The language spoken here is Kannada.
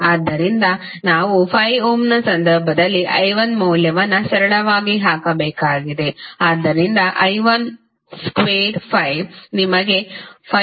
ಆದ್ದರಿಂದ ನಾವು 5 ಓಮ್ನ ಸಂದರ್ಭದಲ್ಲಿ I1 ಮೌಲ್ಯವನ್ನು ಸರಳವಾಗಿ ಹಾಕಬೇಕಾಗಿದೆ ಆದ್ದರಿಂದ I12 ನಿಮಗೆ 579